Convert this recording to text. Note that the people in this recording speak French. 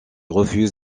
refuse